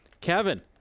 Kevin